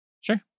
Sure